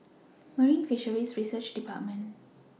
Marine Fisheries Research department